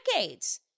decades